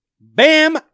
Bam